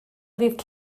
ddydd